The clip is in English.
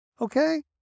Okay